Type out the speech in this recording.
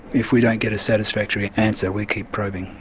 if we don't get a satisfactory answer we keep probing.